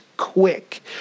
quick